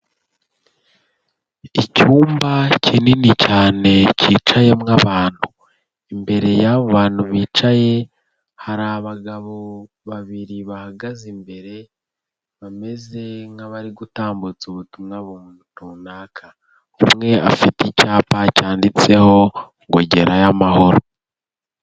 Icyumba kinini cyane kicayemo abantu, imbere y'abo bantu bicaye hari abagabo babiri bahagaze imbere bameze nk'abari gutambutsa ubutumwa runaka, umwe afite icyapa cyanditseho ngo gerayo amahoro.